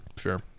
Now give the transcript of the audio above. sure